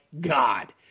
god